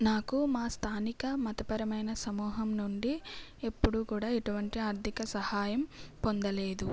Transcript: నాకు మా స్థానిక మతపరమైన సమూహం నుండి ఎప్పుడు కూడా ఇటువంటి ఆర్ధిక సహాయం పొందలేదు